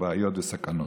בעיות וסכנות.